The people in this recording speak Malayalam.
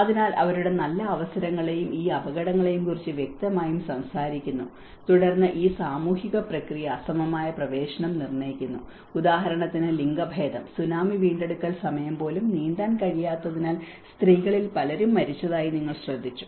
അതിനാൽ അവരുടെ നല്ല അവസരങ്ങളെയും അപകടങ്ങളെയും കുറിച്ച് വ്യക്തമായും സംസാരിക്കുന്നു തുടർന്ന് ഈ സാമൂഹിക പ്രക്രിയ അസമമായ പ്രവേശനം നിർണ്ണയിക്കുന്നു ഉദാഹരണത്തിന് ലിംഗഭേദം സുനാമി വീണ്ടെടുക്കൽ സമയം പോലും നീന്താൻ കഴിയാത്തതിനാൽ സ്ത്രീകളിൽ പലരും മരിച്ചതായി നിങ്ങൾ ശ്രദ്ധിച്ചു